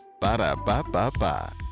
Ba-da-ba-ba-ba